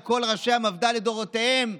על כל ראשי המפד"ל לדורותיהם.